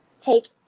take